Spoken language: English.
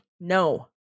No